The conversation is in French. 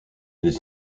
des